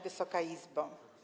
Wysoka Izbo!